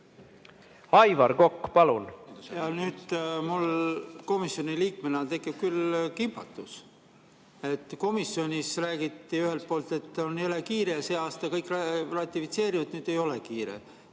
Nüüd mul komisjoni liikmena tekib küll kimbatus. Komisjonis räägiti ühelt poolt, et on jõle kiire, see aasta kõik ratifitseerivad, aga nüüd ei ole kiire.